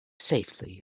Safely